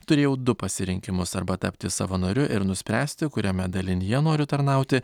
turėjau du pasirinkimus arba tapti savanoriu ir nuspręsti kuriame dalinyje noriu tarnauti